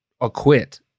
acquit